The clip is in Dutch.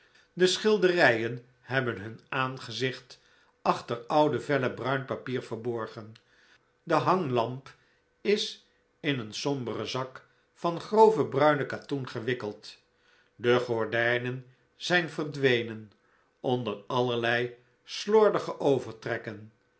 de schilderijen hebben hun aangezicht achter oude vellen bruin papier verborgen de hanglamp is in een somberen zak van grove bruine katoen gewikkeld de gordijnen zijn verdwenen onder allerlei slordige overtrekken